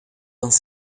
dans